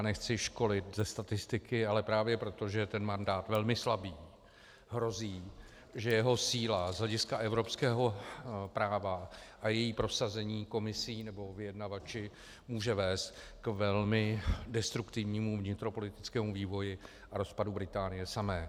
Nechci školit ze statistiky, ale právě proto, že je ten mandát velmi slabý, hrozí, že jeho síla z hlediska evropského práva a její prosazení Komisí nebo vyjednavači může vést k velmi destruktivnímu vnitropolitickému vývoji a rozpadu Británie samé.